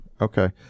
okay